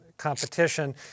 competition